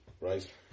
right